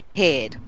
head